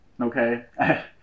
Okay